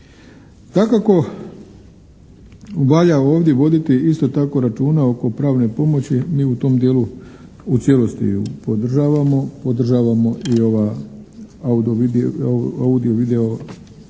Dakako, valja ovdje voditi isto tako računa oko pravne pomoći. Mi u tom dijelu u cijelosti podržavamo. Podržavamo i ova audio-video